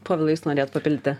povilai jūs norėjot papildyti